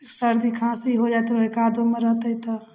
सर्दी खाँसी हो जेतै ओहि कादोमे रहतै तऽ